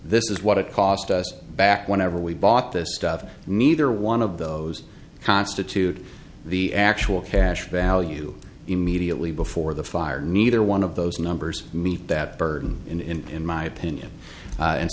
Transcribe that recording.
this is what it cost us back whenever we bought this stuff and neither one of those constitute the actual cash value immediately before the fire neither one of those numbers meet that burden in my opinion